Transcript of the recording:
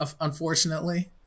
unfortunately